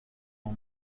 اون